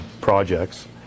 projects